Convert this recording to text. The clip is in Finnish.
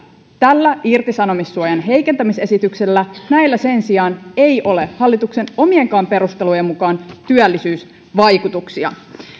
tällä hallituksen irtisanomissuojan heikentämisesityksellä sen sijaan ei ole hallituksen omienkaan perustelujen mukaan työllisyysvaikutuksia